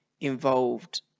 involved